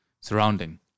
surrounding